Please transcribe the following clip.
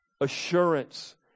assurance